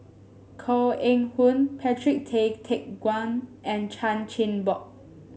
Koh Eng Hoon Patrick Tay Teck Guan and Chan Chin Bock